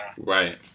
right